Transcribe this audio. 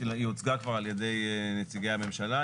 היא הוצגה כבר על ידי נציגי הממשלה.